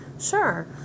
Sure